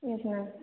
yes ma'am